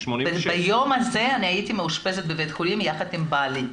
ביום הזה אני הייתי מאושפזת בבית חולים יחד עם בעלי.